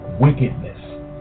wickedness